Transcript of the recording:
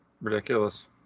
ridiculous